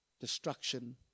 destruction